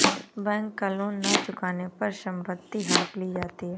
bank का loan न चुकाने पर संपत्ति हड़प ली जाती है